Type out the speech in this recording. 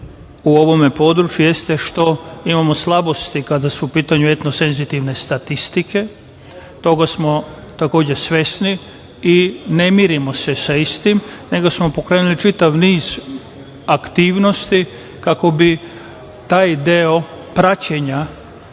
u ovom području jeste što imamo slabosti kada su u pitanju etno-senzitivne statistike. Toga smo, takođe, svesni. Ne mirimo se sa istim, nego smo pokrenuli čitav niz aktivnosti kako bi taj deo praćenja,